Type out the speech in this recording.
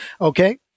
okay